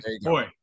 boy